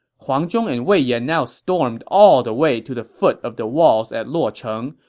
huang zhong and wei yan now stormed all the way to the foot of the walls at luocheng,